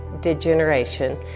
degeneration